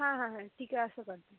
हां हां हां ठीक आहे असं करू